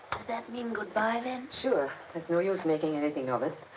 does that mean good-bye then? sure. there's no use making anything of it.